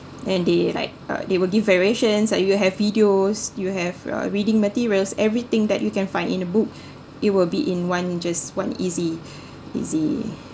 and they like they will give variations like you have videos you have uh reading materials everything that you can find in a book it will be in one just one easy easy